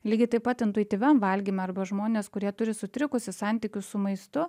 lygiai taip pat intuityviam valgyme arba žmonės kurie turi sutrikusį santykį su maistu